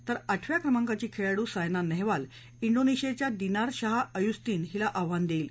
तर आठव्या क्रमांकाची खेळाडू सायना नेहवाल डिशियाच्या दिनार द्याह अयुस्टीन हिला आव्हान देईल